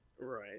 right